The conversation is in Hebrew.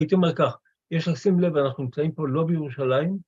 הייתי אומר כך, יש לשים לב, ‫אנחנו נמצאים פה לא בירושלים.